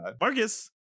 Marcus